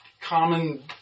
common